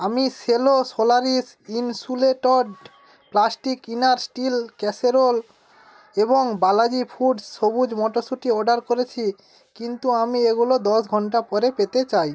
আমি Cello Solaris insulated plastic inner steel casserole এবং Balaji foods সবুুজ মটরশুঁটি অর্ডার করেছি কিন্তু আমি এগুলো দশ ঘণ্টা পরে পেতে চাই